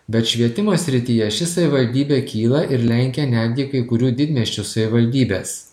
bet švietimo srityje ši savivaldybė kyla ir lenkia netgi kai kurių didmiesčių savivaldybes